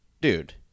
dude